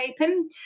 open